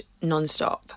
nonstop